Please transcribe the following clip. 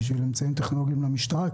בשביל אמצעים טכנולוגיים למשטרה.